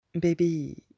Baby